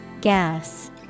Gas